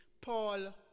Paul